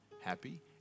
happy